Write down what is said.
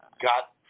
got